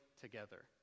together